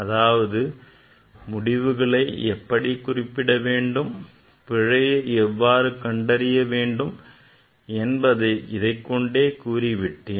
அதாவது முடிவுகளை எவ்வாறு குறிப்பிட வேண்டும் பிழையை எவ்வாறு கண்டறிய வேண்டும் என்பதை இதைக் கொண்டே கூறிவிட்டேன்